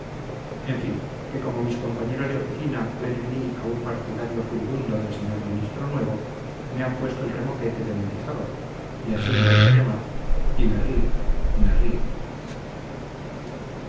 en fin que como mis compañeros de oficina ven en mí a un partidario furibundo del señor ministro nuevo me han puesto el remoquete de mendizábal y así me dejo llamar y me río me río